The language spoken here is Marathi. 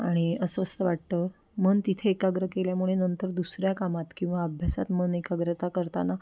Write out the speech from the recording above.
आणि अस्वस्थ वाटतं मन तिथे एकाग्र केल्यामुळे नंतर दुसऱ्या कामात किंवा अभ्यासात मन एकाग्रता करताना